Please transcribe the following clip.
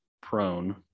prone